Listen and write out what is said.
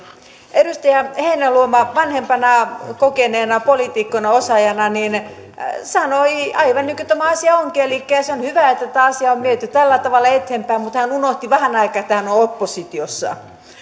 edustaja heinäluoma vanhempana kokeneena poliitikkona ja osaajana sanoi aivan niin kuin tämä asia onkin elikkä että on hyvä että tätä asiaa on viety tällä tavalla eteenpäin mutta hän unohti vähäksi aikaa että hän on oppositiossa